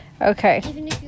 Okay